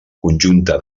conjunta